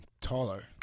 Taller